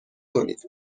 کنید